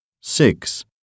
Six